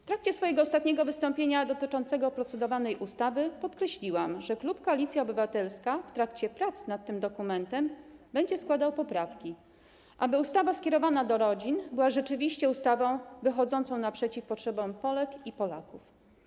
W trakcie swojego ostatniego wystąpienia dotyczącego procedowanej ustawy podkreśliłam, że klub Koalicja Obywatelska w trakcie prac nad tym dokumentem będzie składał poprawki, aby ustawa skierowana do rodzin była rzeczywiście ustawą wychodzącą naprzeciw potrzebom Polek i Polaków.